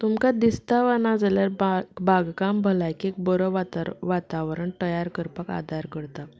तुमकां दिसता वा नाजाल्यार बाग बागकाम भलायकेक बरो वातार वातावरण तयार करपाक आदार करता